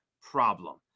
problem